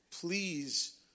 please